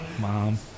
Mom